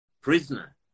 prisoner